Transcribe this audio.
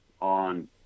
on